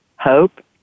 Hope